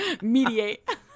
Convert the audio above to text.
Mediate